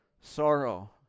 sorrow